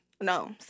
No